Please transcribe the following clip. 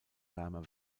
wärmer